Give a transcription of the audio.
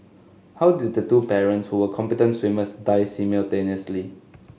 how did the two parents who were competent swimmers die simultaneously